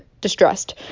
distressed